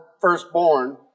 firstborn